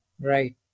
Right